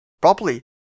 properly